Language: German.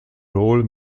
roll